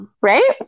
Right